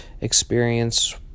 experience